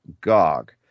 Gog